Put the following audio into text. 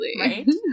Right